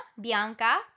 Bianca